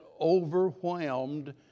overwhelmed